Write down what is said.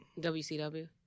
WCW